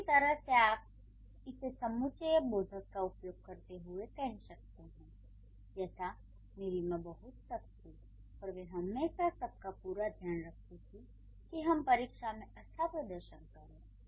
दूसरी तरह से आप इसे समुच्चयबोधक का उपयोग करते हुए कह सकते हैं यथा मेरी मां बहुत सख्त थीं पर वे हमेशा इसका पूरा ध्यान रखती थीं कि हम परीक्षा में अच्छा प्रदर्शन करें